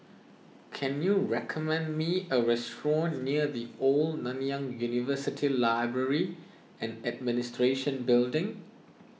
can you recommend me a restaurant near the Old Nanyang University Library and Administration Building